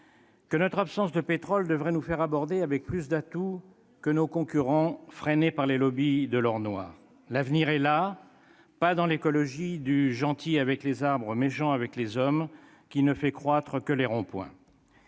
que notre absence de pétrole devrait nous faire aborder avec plus d'atouts que nos concurrents, freinés par les lobbies de l'or noir. L'avenir est là, et pas dans l'écologie du « gentil avec les arbres, méchant avec les hommes » qui ne fait croître que les ronds-points.